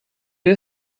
you